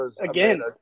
again